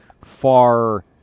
far